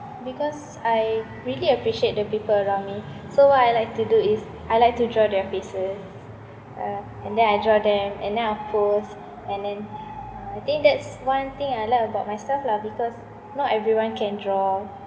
because I really appreciate the people around me so what I like to do is I like to draw their faces uh and then I draw them and then I'll post and then uh I think that's one thing I like about myself lah because not everyone can draw